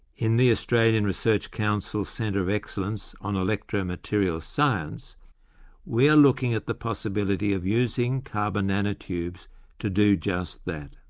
in the australian research council's centre of excellence on electro-materials science we are looking at the possibility of using carbon nanotubes to do just that.